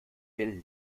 will